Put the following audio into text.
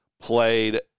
played